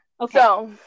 Okay